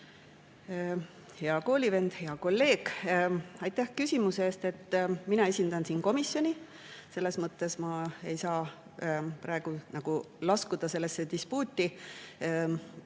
Hea koolivend, hea kolleeg! Aitäh küsimuse eest! Mina esindan siin komisjoni ja selles mõttes ma ei saa praegu laskuda sellesse dispuuti.